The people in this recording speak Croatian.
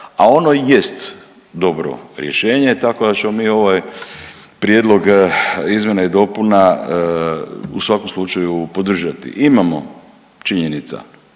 a ono jest dobro rješenje tako da ćemo mi ovaj prijedlog izmjena i dopuna u svakom slučaju podržati. Imamo činjenica,